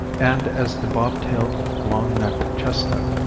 and as the bobtailed, long-necked chestnut,